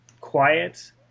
quiet